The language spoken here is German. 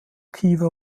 kiewer